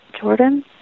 Jordan